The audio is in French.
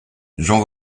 jean